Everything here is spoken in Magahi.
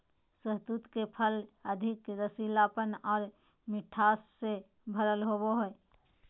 शहतूत के फल अधिक रसीलापन आर मिठास से भरल होवो हय